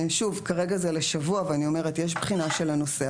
כרגע זה לשבוע ואני אומרת שיש בחינה של הנושא,